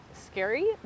scary